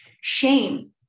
Shame